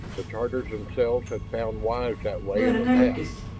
the tatars themselves had found wives that way in the past,